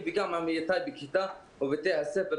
את זה כמה פעמים וגם עם ד"ר שרף חסאן.